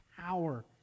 power